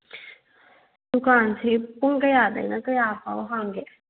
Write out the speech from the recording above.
ꯗꯨꯀꯥꯟꯁꯤ ꯄꯨꯡ ꯀꯌꯥꯗꯒꯤꯅ ꯀꯌꯥꯐꯥꯎꯕ ꯍꯥꯡꯕꯒꯦ